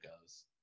goes